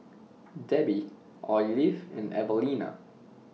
Debi Olive and Alvena